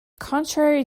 contrary